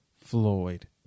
Floyd